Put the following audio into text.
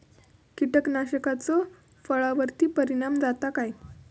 कीटकनाशकाचो फळावर्ती परिणाम जाता काय?